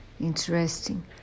interesting